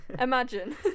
Imagine